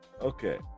okay